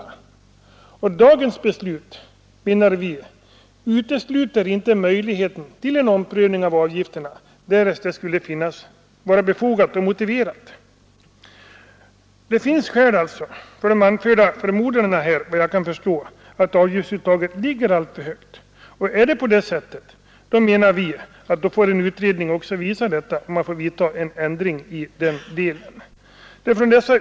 Vi menar att dagens beslut inte utesluter möjligheten till en omprövning av avgifterna, därest en sådan skulle anses befogad. Det finns, efter vad jag kan förstå, skäl för de anförda förmodandena att avgiftsuttaget ligger för högt. Om en utredning skulle visa detta får en ändring göras i den delen.